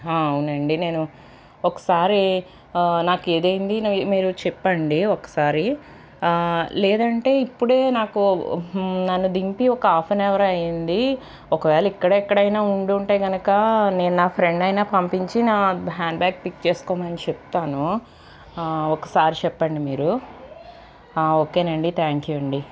హా అవునండి నేను ఒకసారి నాకేదయింది నీ మీరు చెప్పండి ఒకసారి లేదంటే ఇప్పుడే నాకు హు నన్ను దింపి ఒక హాఫ్ ఎన్ అవర్ అయ్యింది ఒకవేళ ఇక్కడెక్కడయినా ఉండుంటే కనకా నేను నా ఫ్రెండయినా పంపించి నా హ్యాండ్బ్యాగ్ పిక్ చేసుకోమని చెప్తాను ఒకసారి చెప్పండి మీరు ఓకేనండి థ్యాంక్ యూ అండి